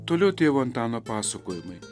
toliau tėvo antano pasakojimai